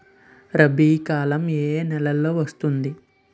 రబీ కాలం ఏ ఏ నెలలో వస్తుంది?